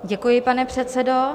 Děkuji, pane předsedo.